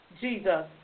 Jesus